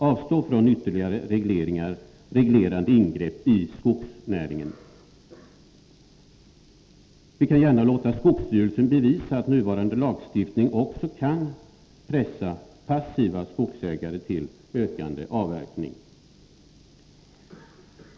Avstå från ytterligare reglerande ingrepp i skogsnäringen! Vi kan gärna låta skogsstyrelsen bevisa att nuvarande lagstiftning också kan pressa passiva skogsägare till ökande avverkning.